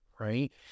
right